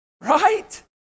Right